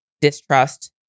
distrust